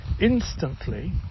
instantly